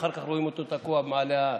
ואחר כך רואים אותו תקוע במעלה ההר.